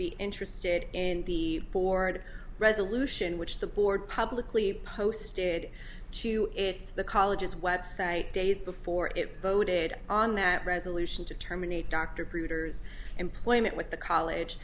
be interested in the board resolution which the board publicly posted to it's the college's website days before it voted on that resolution to terminate dr peters employment with the college